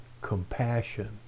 compassion